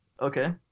Okay